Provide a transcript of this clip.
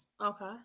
Okay